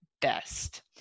best